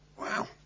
wow